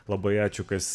labai ačiū kas